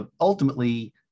ultimately